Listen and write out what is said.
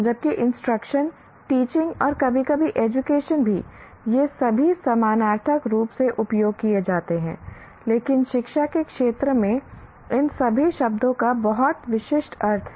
जबकि instruction teaching और कभी कभी एजुकेशन भी ये सभी समानार्थक रूप से उपयोग किए जाते हैं लेकिन शिक्षा के क्षेत्र में इन सभी शब्दों का बहुत विशिष्ट अर्थ है